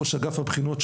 ראש אגף הבחינות,